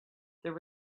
there